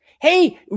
Hey